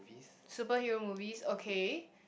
superhero movies okay